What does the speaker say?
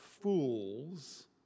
fools